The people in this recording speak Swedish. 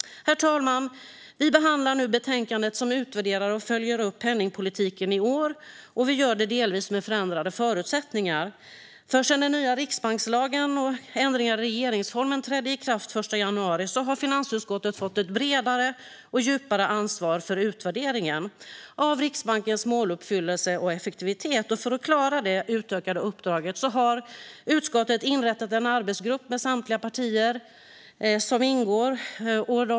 Herr talman! Vi behandlar vi nu betänkandet som utvärderar och följer upp penningpolitiken i år, och vi gör det med delvis ändrade förutsättningar. Sedan den nya riksbankslagen och ändringar i regeringsformen trädde i kraft den 1 januari har finansutskottet fått ett bredare och djupare ansvar för utvärderingen av Riksbankens måluppfyllelse och effektivitet. För att klara det utökade uppdraget har utskottet inrättat en arbetsgrupp där samtliga partier ingår.